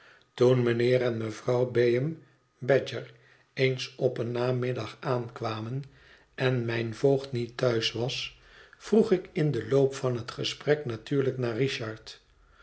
toen mijnheer en mevrouw bayham badger eens op een namiddag aankwamen en mijn voogd niet thuis was vroeg ik in den loop van het gesprek natuurlijk naar richard